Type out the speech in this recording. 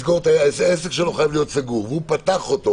העסק שלו צריך להיות סגור, ופתח אותו